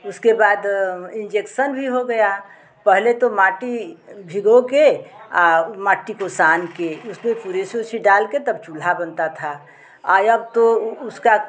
उसके बाद इंजेक्सन भी हो गया पहले तो माटी भिगो कर मट्टी को छान कर उसपर पुरेसी ओसी डालकर तब चूल्हा बनता था अब तो उसका